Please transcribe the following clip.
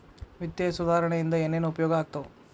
ವಿತ್ತೇಯ ಸುಧಾರಣೆ ಇಂದ ಏನೇನ್ ಉಪಯೋಗ ಆಗ್ತಾವ